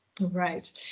Right